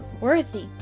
worthy